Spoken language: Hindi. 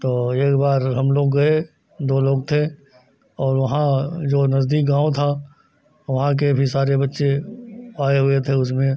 तो एक बार हम लोग गए दो लोग थे और वहाँ जो नज़दीक गाँव था वहाँ के भी सारे बच्चे आए हुए थे उसमें